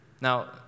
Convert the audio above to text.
Now